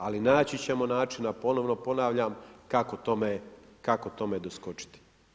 Ali naći ćemo načina ponovno ponavljam kako tome doskočiti.